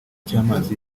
cy’amazi